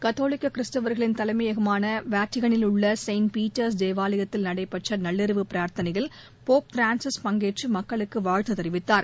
கத்தோலிக்க கிறிஸ்தவர்களின் தலைமையகமான வாட்டிகளில் உள்ள செயின்ட் பீட்டர்ஸ் தேவாலயத்தில் நடைபெற்ற நள்ளிரவு பிரார்த்தனையில் போப் பிரான்சிஸ் பங்கேற்று மக்களுக்கு வாழ்த்து தெரிவித்தார்